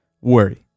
worry